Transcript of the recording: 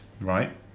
Right